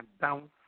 Down